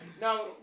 now